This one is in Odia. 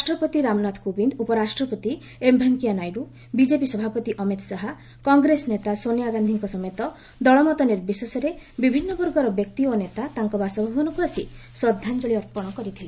ରାଷ୍ଟ୍ରପତି ରାମନାଥ କୋବିନ୍ଦ ଉପରାଷ୍ଟ୍ରପତି ଏମ୍ ଭେଙ୍କିୟା ନାଇଡୁ ବିକେପି ସଭାପତି ଅମିତ୍ ଶାହା କଂଗ୍ରେସ ନେତା ସୋନିଆ ଗାନ୍ଧିଙ୍କ ସମେତ ଦଳମତ ନିର୍ବିଶେଷରେ ବିଭିନ୍ନ ବର୍ଗର ବ୍ୟକ୍ତି ଓ ନେତା ତାଙ୍କ ବାସଭବନକୁ ଆସି ଶ୍ରଦ୍ଧାଞ୍ଜଳି ଅର୍ପଣ କରିଥିଲେ